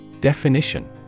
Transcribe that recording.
Definition